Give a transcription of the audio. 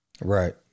Right